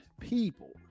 people